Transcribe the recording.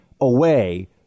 away